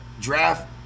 draft